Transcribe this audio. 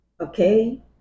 Okay